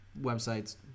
websites